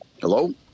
hello